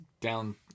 down